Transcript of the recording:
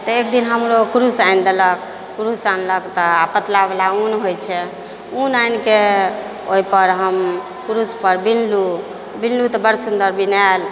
तऽ एक दिन हमरो क्रूस आनि देलक क्रूस आनलक तऽ पतलावला ऊन होइ छै ऊन आनिके ओहिपर हम क्रूसपर बिनलहुँ बिनलहुँ तऽ बड़ सुन्दर बिनाएल